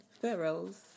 Pharaoh's